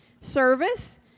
Service